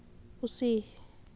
ᱯᱩᱥᱤ